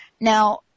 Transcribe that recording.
Now